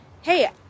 hey